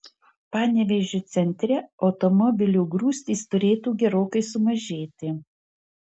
panevėžio centre automobilių grūstys turėtų gerokai sumažėti